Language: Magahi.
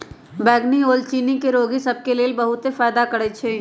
बइगनी ओल चिन्नी के रोगि सभ के लेल बहुते फायदा करै छइ